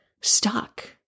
stuck